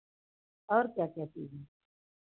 और क्या क्या चीज़ है